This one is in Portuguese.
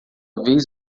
vez